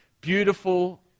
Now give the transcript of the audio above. Beautiful